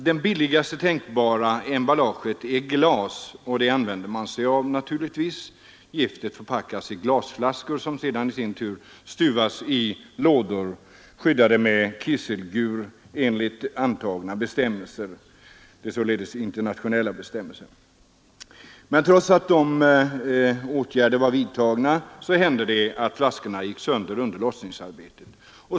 Det billigaste tänkbara emballaget är glas, och detta använder man sig naturligtvis av; giftet förpackas i glasflaskor, som i sin tur stuvas i lådor, skyddade med kiselgur enligt antagna internationella bestämmelser. Trots att dessa åtgärder var vidtagna hände det dock att två flaskor gick sönder under lossningsarbetet.